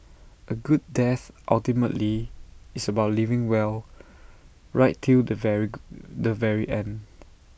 A good death ultimately is about living well right till the very the very end